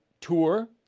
tour